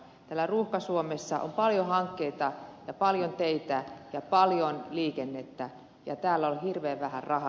täällä ruuhka suomessa on paljon hankkeita ja paljon teitä ja paljon liikennettä ja täällä on hirveän vähän rahaa